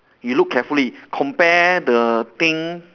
you look carefully compare the thing